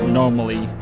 normally